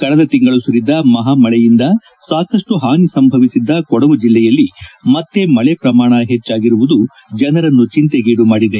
ಕಳೆದ ತಿಂಗಳು ಸುರಿದ ಮಹಾಮಳೆಯಿಂದ ಸಾಕಷ್ಟು ಹಾನಿ ಸಂಭವಿಸಿದ್ದ ಕೊಡಗು ಜಿಲ್ಲೆಯಲ್ಲಿ ಮತ್ತೆ ಮಳೆ ಶ್ರಮಾಣ ಹೆಚ್ಚಾಗಿರುವುದು ಜನರನ್ನು ಚಿಂತೆಗೀಡು ಮಾಡಿದೆ